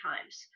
times